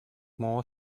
more